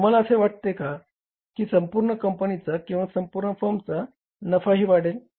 तुम्हाला असे वाटते का की संपूर्ण कंपनीचा किंवा संपूर्ण फर्मचा नफाही वाढेल